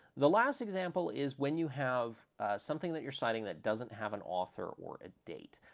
the last example is when you have something that you're citing that doesn't have an author or a date.